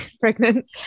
pregnant